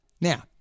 now